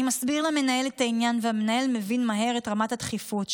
אני מסביר למנהל את העניין והמנהל מבין מהר את רמת הדחיפות.